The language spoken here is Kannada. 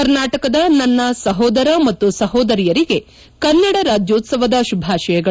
ಕರ್ನಾಟಕದ ನನ್ನ ಸಹೋದರ ಮತ್ತು ಸಹೋದರಿಯರಿಗೆ ಕನ್ನಡ ರಾಜ್ಯೋತ್ಸವದ ಶುಭಾಶಯಗಳು